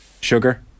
sugar